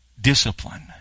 discipline